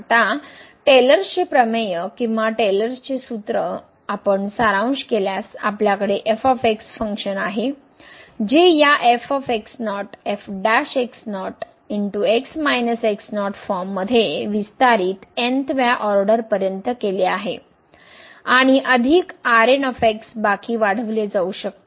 आता टेलर्स चे प्रमेय किंवा टेलरचे सूत्र आता आपण सारांश केल्यास आपल्याकडे फंक्शन आहे जे या फॉर्म मध्ये विस्तारित n व्या ऑर्डर पर्यंत केले आहे आणि अधिक बाकी वाढवले जाऊ शकते